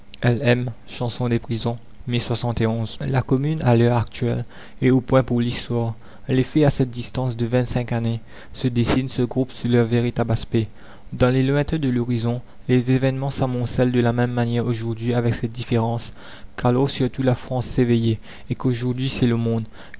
la commune à l'heure actuelle est au point pour l'histoire les faits à cette distance de vingt-cinq années se dessinent se groupent sous leur véritable aspect dans les lointains de l'horizon les événements s'amoncellent de la même manière aujourd'hui avec cette différence qu'alors surtout la france s'éveillait et qu'aujourd'hui c'est le monde